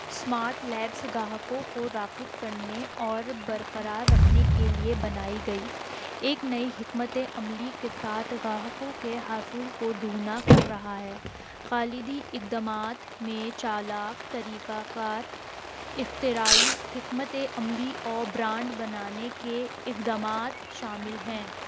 smart labs گاہکوں کو راغب کرنے اور برقرار رکھنے کے لیے بنائی گئی ایک نئی حکمت عملی کے ساتھ گاہکوں کے حصول کو دونا کر رہا ہے قالدی اقدامات میں چالاک طریقہ کار اختراعی حکمت عملی اور برانڈ بنانے کے اقدامات شامل ہیں